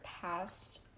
past